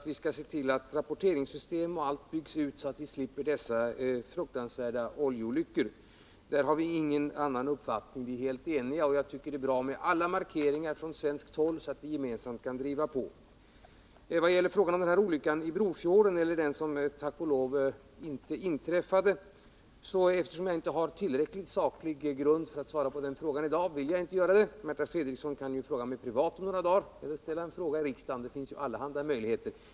Vi skall se till att rapporteringssystem osv. byggs ut, så att vi slipper dessa fruktansvärda oljeolyckor. Därvidlag har vi inga skiljaktiga uppfattningar. Vi är helt eniga. Och jag tycker det är bra med alla markeringar från svenskt håll, så att vi gemensamt kan driva på. Beträffande frågan om olyckan i Brofjorden, som tack och lov inte inträffade, har jag inte tillräcklig saklig grund för att svara på den frågan i dag. Därför vill jag inte göra det. Märta Fredrikson kan ju fråga mig privat om några dagar eller ställa en fråga i riksdagen. Det finns allehanda möjligheter.